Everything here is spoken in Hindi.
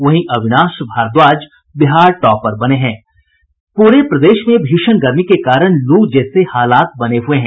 वहीं अभिनाश भारद्वाज बिहार टॉपर बने हैं पूरे प्रदेश में भीषण गर्मी के कारण लू जैसे हालात बने हुये हैं